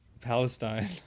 Palestine